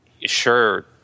sure